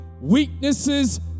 weaknesses